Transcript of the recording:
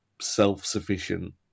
self-sufficient